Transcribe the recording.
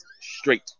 straight